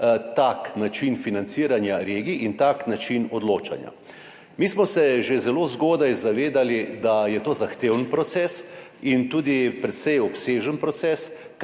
tak način financiranja regij in tak način odločanja. Mi smo se že zelo zgodaj zavedali, da je to zahteven proces in tudi precej obsežen proces,